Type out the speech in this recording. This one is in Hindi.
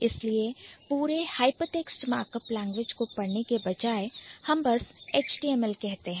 इसलिए पूरे HyperText Markup Language को पढ़ने के बजाय हम बस HTML कहते हैं